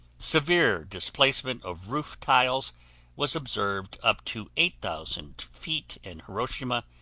severe displacement of roof tiles was observed up to eight thousand feet in hiroshima,